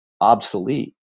obsolete